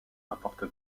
rapporte